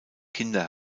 kinder